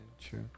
True